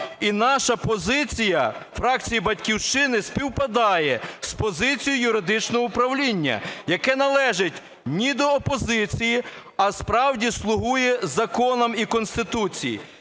І наша позиція фракції "Батьківщини" співпадає з позицією юридичного управління, яке не належить ні до опозиції, а справді слугує законам і Конституції.